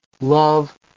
love